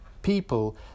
people